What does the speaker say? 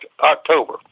October